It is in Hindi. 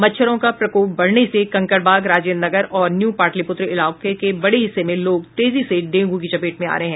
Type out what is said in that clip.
मच्छरों का प्रकोप बढ़ने से कंकड़बाग राजेंद्रनगर और न्यू पाटलिपूत्र इलाके के बड़े हिस्से में लोग तेजी से डेंगू की चपेट में आ रहे हैं